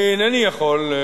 אני אינני יכול,